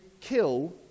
kill